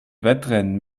wettrennen